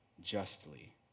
justly